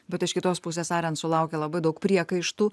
bet iš kitos pusės arent sulaukia labai daug priekaištų